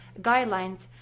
guidelines